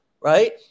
Right